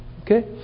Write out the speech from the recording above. okay